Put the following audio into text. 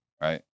Right